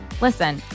Listen